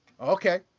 Okay